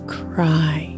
cry